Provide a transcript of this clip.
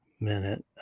minute